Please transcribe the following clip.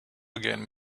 again